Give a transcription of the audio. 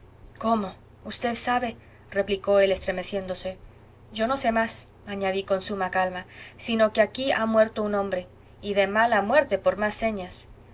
cómo usted sabe replicó él estremeciéndose yo no sé más añadí con suma calma sino que aquí ha muerto un hombre y de mala muerte por más señas